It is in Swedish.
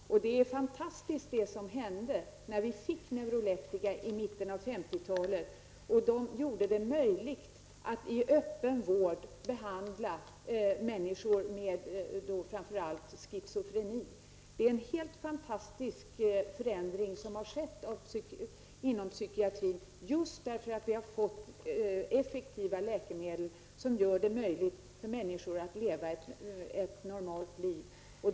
Det är fantastiskt vad som hände när vi fick neuroleptika i mitten av 1950-talet. De gjorde det möjligt att i öppen vård behandla människor med framför allt schizofreni. Det är en helt fantastisk förändring som skett inom psykiatrin just därför att vi fått effektivare läkemedel som gör det möjligt för människor att leva ett normalt liv.